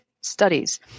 studies